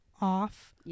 off